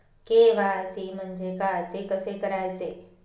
KYC म्हणजे काय? ते कसे करायचे?